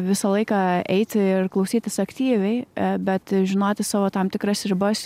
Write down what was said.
visą laiką eiti ir klausytis aktyviai bet žinoti savo tam tikras ribas